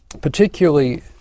particularly